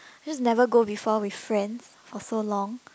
cause never go before with friends for so long